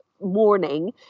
morning